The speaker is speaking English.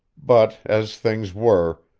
but as things were,